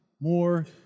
more